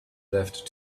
left